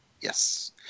Yes